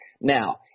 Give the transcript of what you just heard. Now